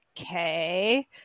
Okay